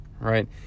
right